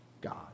God